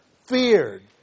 feared